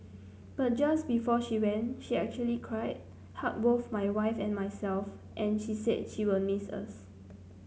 but just before she went she actually cried hugged both my wife and myself and she said she will miss us